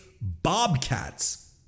bobcats